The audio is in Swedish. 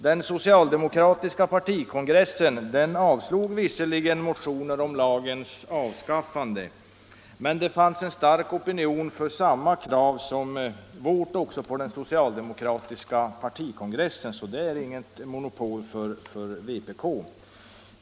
Den socialdemokratiska partikongressen avslog visserligen motioner om lagens avskaffande, men också på den soci aldemokratiska partikongressen fanns det en stark opinion för samma krav som vårt, så det är alltså inget monopol för vpk.